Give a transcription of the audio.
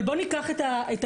אבל בואו ניקח את הדבר,